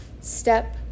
step